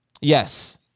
Yes